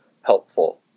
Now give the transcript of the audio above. helpful